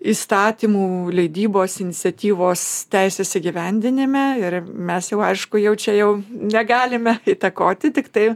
įstatymų leidybos iniciatyvos teisės įgyvendinime ir mes jau aišku jau čia jau negalime įtakoti tiktai